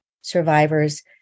survivors